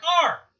car